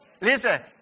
Listen